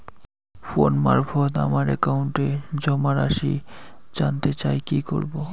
Phone মারফত আমার একাউন্টে জমা রাশি কান্তে চাই কি করবো?